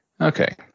Okay